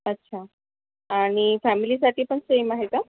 अच्छा आणि फॅमिलीसाठी पण सेम आहे का